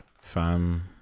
Fam